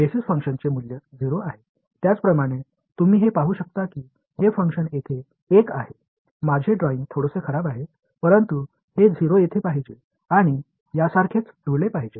त्याचप्रमाणे तुम्ही हे पाहू शकता की हे फंक्शन येथे एक आहे माझे ड्रॉइंग थोडेसे खराब आहे परंतु हे 0 येथे पाहिजे आणि यासारखेच जुळले पाहिजे